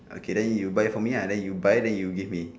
okay then you buy for me ah then you buy then you give me